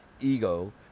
ego